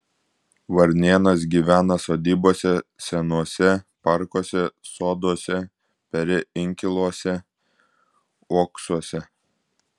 varnėnas gyvena sodybose senuose parkuose soduose peri inkiluose uoksuose